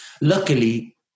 Luckily